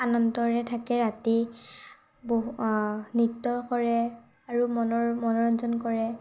আনন্দৰে থাকে ৰাতি ব নৃত্য কৰে আৰু মনৰ মনোৰঞ্জন কৰে